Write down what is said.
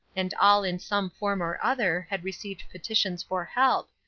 and all in some form or other had received petitions for help,